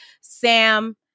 Sam